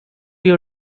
you